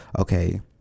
okay